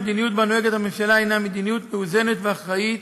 המדיניות שבה נוהגת הממשלה הנה מדיניות מאוזנת ואחראית,